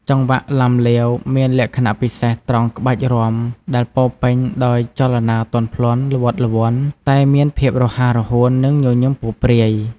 ចង្វាក់ឡាំលាវ មានលក្ខណៈពិសេសត្រង់ក្បាច់រាំដែលពោរពេញដោយចលនាទន់ភ្លន់ ល្វត់ល្វន់ តែមានភាពរហ័សរហួន និងញញឹមពព្រាយ។